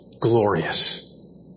glorious